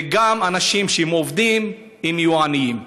וגם אנשים עובדים יהיו עניים.